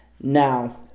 Now